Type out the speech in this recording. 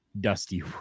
dusty